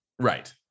Right